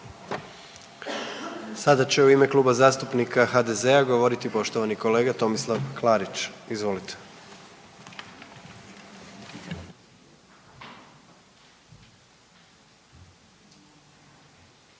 Sada će u ime Kluba zastupnika HDZ-a govoriti poštovani kolega Tomislav Klarić. Izvolite.